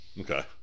Okay